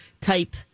type